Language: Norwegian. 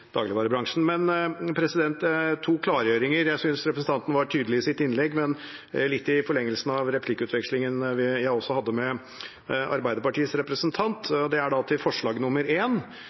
dagligvarebransjen. Men to klargjøringer – jeg synes representanten var tydelig i sitt innlegg, men litt i forlengelsen av replikkvekslingen jeg hadde med Arbeiderpartiets representant: Det gjelder forslag nr. 1, som, slik jeg oppfatter representanten, er